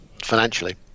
Financially